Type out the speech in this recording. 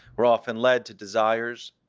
we're often led to desires,